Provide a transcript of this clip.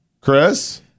Chris